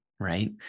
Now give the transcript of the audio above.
Right